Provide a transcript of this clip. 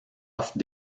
offrent